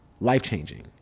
life-changing